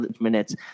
minutes